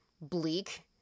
bleak